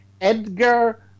Edgar